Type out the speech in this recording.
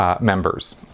members